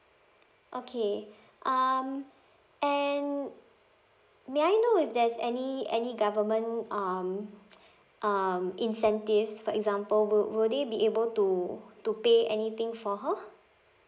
okay um and may I know if there's any any government um um incentives for example will will they be able to to pay anything for her